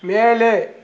மேலே